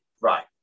Right